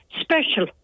special